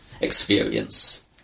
experience